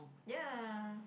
ya